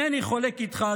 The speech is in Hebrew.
אינני חולק איתך,